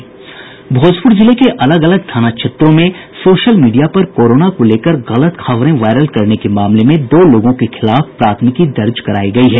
भोजपुर जिले के अलग अलग थाना क्षेत्रों में सोशल मीडिया पर कोरोना को लेकर गलत खबरें वायरल करने के मामले में दो लोगों के खिलाफ प्राथमिकी दर्ज करायी गयी है